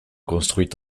construite